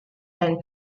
and